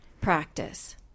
practice